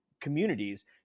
communities